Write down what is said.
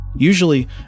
Usually